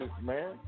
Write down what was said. man